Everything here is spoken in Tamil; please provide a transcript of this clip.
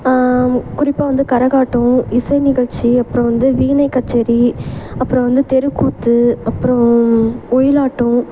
குறிப்பாக வந்து கரகாட்டம் இசை நிகழ்ச்சி அப்புறம் வந்து வீணை கச்சேரி அப்புறம் வந்து தெருக்கூத்து அப்புறம் ஒயிலாட்டம்